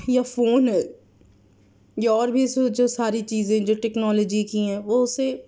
یا فون ہے یا اور بھی سو جو ساری چیزیں جو ٹیکنالوجی کی ہیں وہ اسے